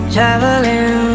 Traveling